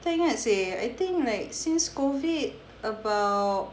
tak ingat seh I think like since COVID about